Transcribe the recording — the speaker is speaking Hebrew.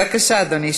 בבקשה, אדוני.